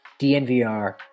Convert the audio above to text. DNVR